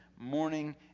morning